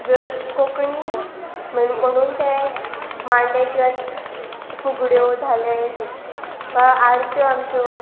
जर कोंकणीन म्ह म्हणून तें मांडे किंवां फुगड्यो धाले वा आरत्यो आमच्यो